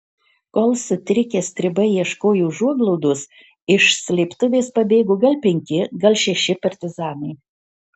kol sutrikę stribai ieškojo užuoglaudos iš slėptuvės pabėgo gal penki gal šeši partizanai